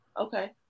Okay